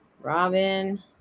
Robin